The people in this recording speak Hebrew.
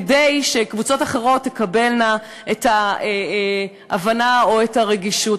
כדי שקבוצות אחרות תקבלנה את ההבנה או את הרגישות.